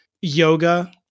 yoga